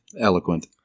Eloquent